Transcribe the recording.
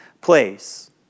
place